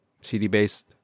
CD-based